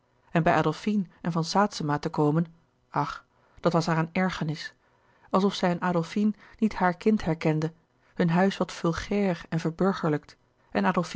en bij adolfine en van saetzema te komen ach dat was haar een ergernis alsof zij in adolfine niet haar kind herkende hun huis wat vulgair en verburgerlijkt en